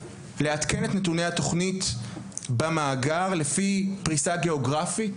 לעדכן את נתוני התכנית במאגר לפי פריסה גיאוגרפית,